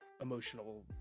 emotional